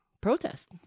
protest